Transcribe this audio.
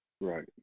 Right